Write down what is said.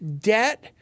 debt